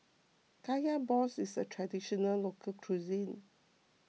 Kaya Balls is a Traditional Local Cuisine